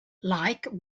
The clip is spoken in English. like